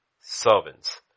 servants